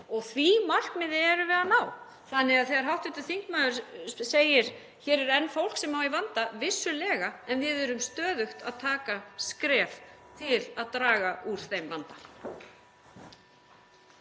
og því markmiði erum við að ná. Þannig að þegar hv. þingmaður segir: Hér er enn fólk sem á í vanda. — Vissulega, en við erum stöðugt að taka skref til að draga úr þeim vanda.